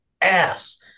ass